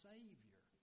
Savior